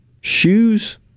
shoes